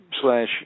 slash